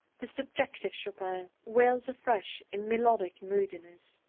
the subjective chopin, wails afresh in melodic moodiness.